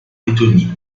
lettonie